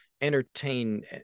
Entertain